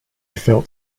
felt